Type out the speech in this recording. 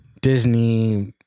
Disney